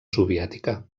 soviètica